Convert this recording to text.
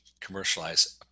commercialize